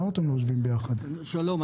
שלום,